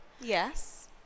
Yes